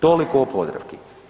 Toliko o Podravki.